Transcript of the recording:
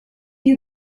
you